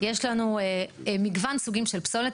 יש לנו מגוון סוגים של פסולת.